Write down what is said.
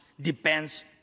depends